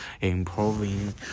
improving